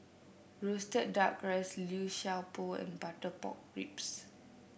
roasted duck rice Liu Sha Bao and Butter Pork Ribs